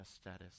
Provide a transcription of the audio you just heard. status